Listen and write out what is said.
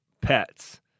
pets